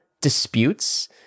disputes